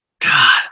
God